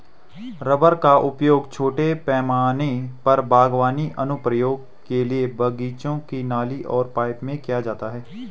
rubber का उपयोग छोटे पैमाने पर बागवानी अनुप्रयोगों के लिए बगीचे की नली और पाइप में किया जाता है